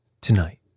Tonight